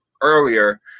earlier